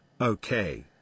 Okay